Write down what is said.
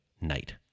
night